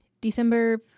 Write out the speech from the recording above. December